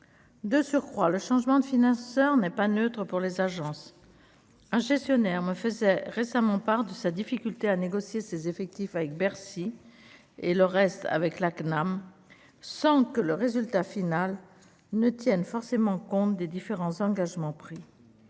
de surcroît le changement de financeurs n'est pas neutre pour les agences gestionnaire me faisait récemment part de sa difficulté à négocier ses effectifs avec Bercy et le reste avec la CNAM, sans que le résultat final ne tiennent forcément compte des différents engagements pris